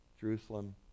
Jerusalem